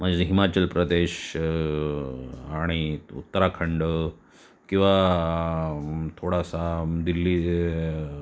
म्हणजे जे हिमाचल प्रदेश आणि उत्तराखंड किंवा थोडासा दिल्ली जे